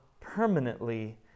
permanently